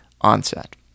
onset